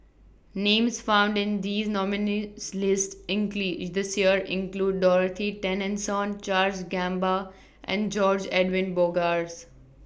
Names found in This nominees' list IS This Year include Dorothy Tessensohn Charles Gamba and George Edwin Bogaars